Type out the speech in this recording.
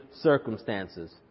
circumstances